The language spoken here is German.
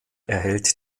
erhält